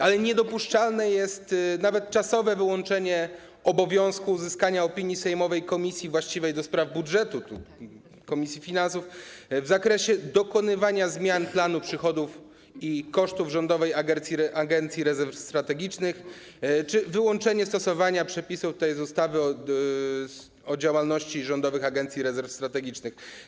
Ale niedopuszczalne jest nawet czasowe wyłączenie obowiązku uzyskania opinii sejmowej komisji właściwej do spraw budżetu, komisji finansów, w zakresie dokonywania zmian planu przychodów i kosztów Rządowej Agencji Rezerw Strategicznych czy wyłączenie stosowania przepisów ustawy o działalności Rządowej Agencji Rezerw Strategicznych.